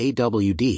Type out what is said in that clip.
AWD